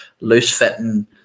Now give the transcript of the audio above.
loose-fitting